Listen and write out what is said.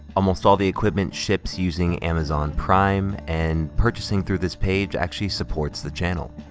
almost all the equipment ships using amazon prime and purchasing through this page actually supports the channel.